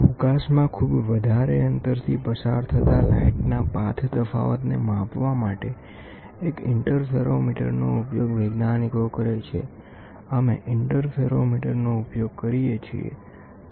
અવકાશમાં ખૂબ વધારે અંતરથી પસાર થતા પ્રકાશના પાથ તફાવતને માપવા માટે એક ઇન્ટરફેરોમીટરનો ઉપયોગ વૈજ્ઞાનિકો કરે છે અમે ઇન્ટરફેરોમીટરનો ઉપયોગ કરીએ છીએ